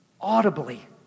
audibly